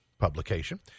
publication